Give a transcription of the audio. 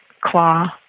claw